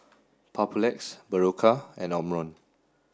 Papulex Berocca and Omron